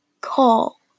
Call